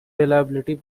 reliability